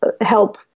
help